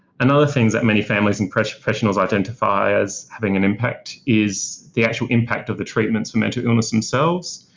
and other things that many families and professionals identify as having an impact is the actual impact of the treatments for mental illness themselves.